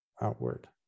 outward